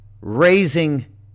raising